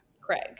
Craig